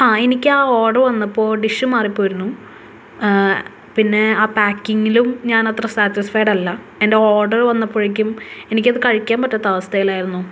ആ എനിക്കാ ഓഡർ വന്നപ്പോൾ ഡിഷ് മാറിപ്പോയിരുന്നു പിന്നെ ആ പാക്കിങ്ങിലും ഞാനത്ര സാറ്റിസ്ഫൈഡല്ല എൻ്റെ ഓഡർ വന്നപ്പോഴേക്കും എനിക്കത് കഴിക്കാൻ പറ്റാത്ത അവസ്ഥയിലായിരുന്നു